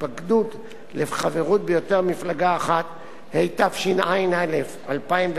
התפקדות לחברות ביותר ממפלגה אחת), התשע"א 2011,